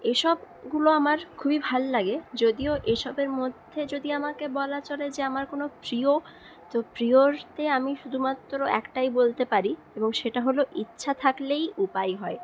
এসবগুলো আমার খুবই ভাল লাগে যদিও এসবের মধ্যে যদি আমাকে বলা চলে যে আমার কোনও প্রিয় তো প্রিয়তে আমি শুধুমাত্র একটাই বলতে পারি এবং সেটা হল ইচ্ছা থাকলেই উপায় হয়